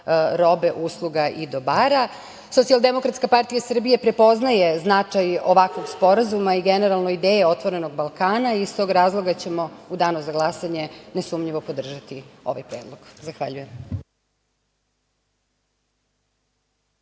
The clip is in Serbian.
robe, usluga i dobara. Socijaldemokratska partija Srbije prepoznaje značaj ovakvog sporazuma i generalno ideje "Otvorenog Balkana" i iz tog razloga ćemo u danu za glasanje nesumnjivo podržati ovaj predlog. Zahvaljujem.